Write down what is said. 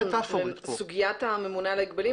בסוגיית הממונה על ההגבלים,